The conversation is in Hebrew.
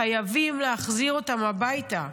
חייבים להחזיר אותם הביתה.